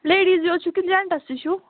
لیٚڈیٖزی یوت چھُو کِنۍ جنٛٹٕس تہِ چھُو